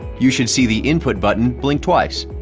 you should see the input button blink twice.